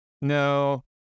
No